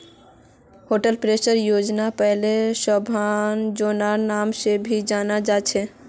Atal pension योजनाक पहले स्वाबलंबन योजनार नाम से भी जाना जा छे